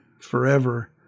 forever